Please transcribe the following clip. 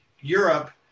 Europe